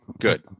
good